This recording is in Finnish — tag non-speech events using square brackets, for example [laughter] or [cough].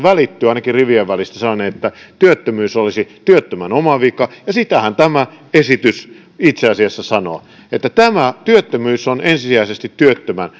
ainakin rivien välistä välittyi sellainen että työttömyys olisi työttömän oma vika ja sitähän tämä esitys itse asiassa sanoo että työttömyys on ensisijaisesti työttömän [unintelligible]